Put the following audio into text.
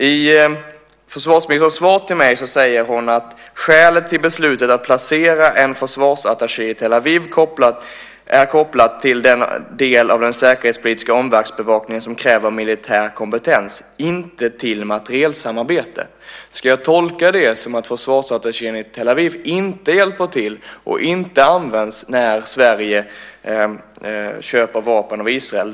I försvarsministerns svar till mig säger hon att "skälet till beslutet att placera en försvarsattaché i Tel Aviv" är "kopplat till den del av den säkerhetspolitiska omvärldsbevakningen som kräver militär kompetens - inte till materielsamarbete". Ska jag tolka det som att försvarsattachén i Tel Aviv inte hjälper till och inte används när Sverige köper vapen av Israel?